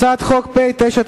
הצעת חוק פ/998,